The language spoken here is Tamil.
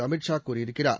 அமித் ஷா கூறியிருக்கிறார்